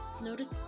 Notice